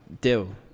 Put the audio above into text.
deal